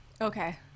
okay